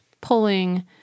pulling